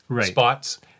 spots